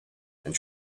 and